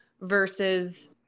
versus